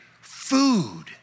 food